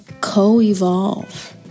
co-evolve